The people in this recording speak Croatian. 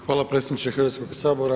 Hvala predsjedniče Hrvatskoga sabora.